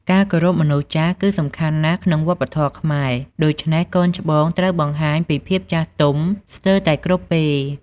ការគោរពមនុស្សចាស់គឺសំខាន់ណាស់ក្នុងវប្បធម៌ខ្មែរ ដូច្នេះកូនច្បងត្រូវបង្ហាញពីភាពចាស់ទុំស្ទើតែគ្រប់ពេល។